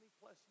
plus